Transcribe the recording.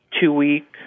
two-week